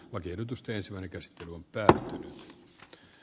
aki odotustensa käsittely on päättynyt